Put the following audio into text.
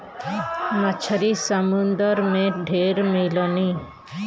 मछरी समुंदर में ढेर मिललीन